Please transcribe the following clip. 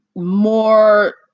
More